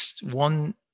one